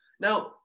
Now